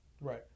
Right